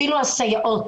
אפילו הסייעות,